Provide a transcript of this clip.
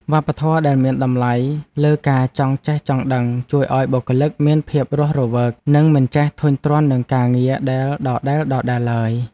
វប្បធម៌ដែលឱ្យតម្លៃលើការចង់ចេះចង់ដឹង ជួយឱ្យបុគ្គលិកមានភាពរស់រវើកនិងមិនចេះធុញទ្រាន់នឹងការងារដែលដដែលៗឡើយ។